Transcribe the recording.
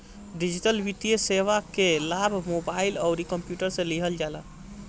digital वित्तीय सेवा कअ लाभ मोबाइल अउरी कंप्यूटर से लिहल जाला